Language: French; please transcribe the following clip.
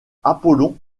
apollon